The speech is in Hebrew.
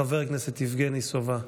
חבר הכנסת יבגני סובה,